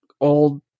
old